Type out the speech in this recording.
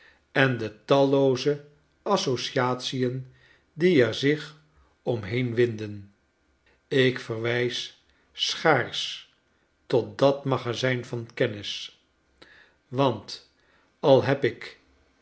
en de tallooze association die er zich om heen winden ik verwijs schaars tot dat magazijn van kennis want al heb ik